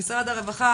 למשרד הרווחה,